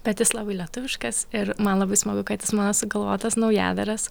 bet jis labai lietuviškas ir man labai smagu kad jis mano sugalvotas naujadaras